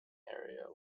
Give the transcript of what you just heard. arena